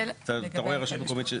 אתה רואה רשות מקומית.